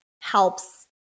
helps